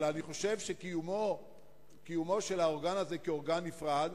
אבל אני חושב שקיומו של האורגן הזה כאורגן נפרד,